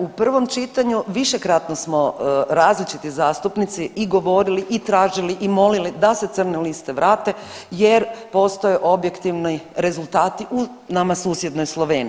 U prvom čitanju višekratno smo različiti zastupnici i govorili i tražili i molili da se crne liste vrate jer postoje objektivni rezultati u nama susjednoj Sloveniji.